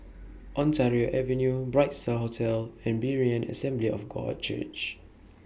Ontario Avenue Bright STAR Hotel and Berean Assembly of God Church